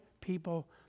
people